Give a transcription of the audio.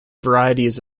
varieties